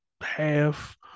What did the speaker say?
half